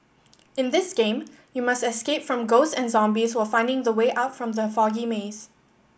in this game you must escape from ghost and zombies while finding the way out from the foggy maze